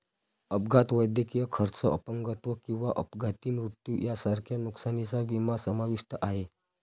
अपघात, वैद्यकीय खर्च, अपंगत्व किंवा अपघाती मृत्यू यांसारख्या नुकसानीचा विमा समाविष्ट आहे